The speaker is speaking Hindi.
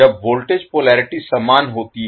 जब वोल्टेज पोलरिटी समान होती है